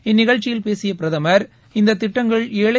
இந்நிகழ்ச்சியில் பேசிய பிரதமர் இந்த திட்டங்கள் ஏழை